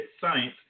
science